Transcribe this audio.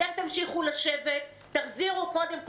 אתם תמשיכו לשבת, תחזירו קודם כול.